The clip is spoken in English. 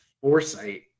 foresight